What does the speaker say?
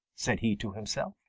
said he to himself,